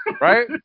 Right